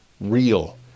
real